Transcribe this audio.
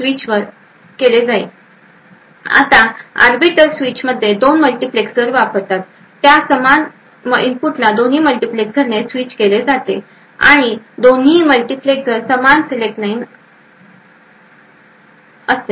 आता आर्बिटर स्विचमध्ये दोन मल्टिप्लेक्सर्स वापरले जातात त्याच समान इनपुटला दोन्ही मल्टिप्लेक्सर्समध्ये स्विच केले जाते आणि दोन्ही मल्टिप्लेक्सर्समध्ये समान सिलेक्ट लाइन असते